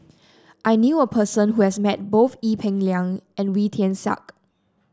I knew a person who has met both Ee Peng Liang and Wee Tian Siak